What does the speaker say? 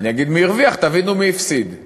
אני אגיד מי הרוויח, תבינו מי הפסיד.